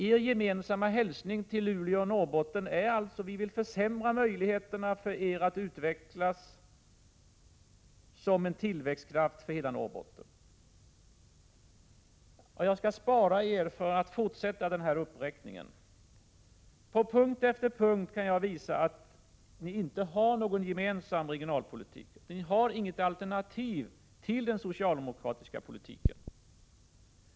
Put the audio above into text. Er gemensamma hälsning till Luleå och Norrbotten är alltså att ni vill försämra möjligheterna för Luleå att utvecklas och bli en tillväxtkraft för hela Norrbotten. Jag skall bespara er en fortsättning av denna uppräkning. På punkt efter punkt kan jag visa att ni inte har någon gemensam regionalpolitik. Ni har inte något alternativ till den socialdemokratiska politiken.